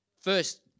First